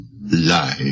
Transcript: lie